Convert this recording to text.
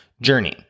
journey